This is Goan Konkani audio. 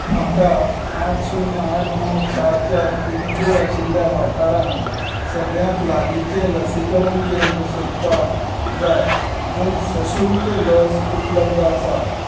म्हाका आठ शून्य आठ णव चार चार पिनकोड आशिल्ल्या वाठारांत सगळ्यात लागींचें लसीकरण केंद्र सोदपाक जाय जंय सशुल्क लस उपलब्द आसा